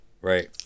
Right